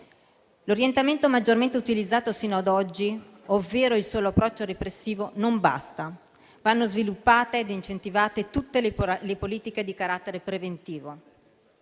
L'orientamento maggiormente utilizzato sino ad oggi, ovvero il solo approccio repressivo, non basta. Vanno sviluppate e incentivate tutte le politiche di carattere preventivo.